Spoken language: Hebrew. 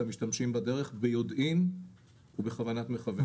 המשתמשים בדרך ביודעין ובכוונת מכוון.